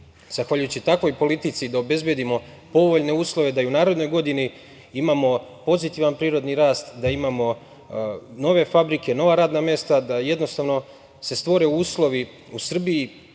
zahvaljujući takvoj politici, da obezbedimo povoljne uslove da i u narednoj godini imamo pozitivan prirodni rast, da imamo nove fabrike, nova radna mesta, da jednostavno se stvore uslovi u Srbiji,